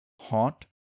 Hot